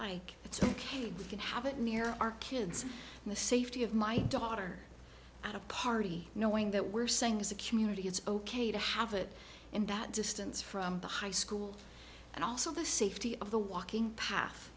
why it's ok we can have it near our kids in the safety of my daughter at a party knowing that we're saying is a community it's ok to have it and that distance from the high school and also the safety of the walking path